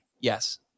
Yes